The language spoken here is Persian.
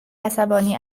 عصبانی